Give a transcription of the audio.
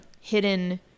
hidden